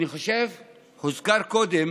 הוזכר קודם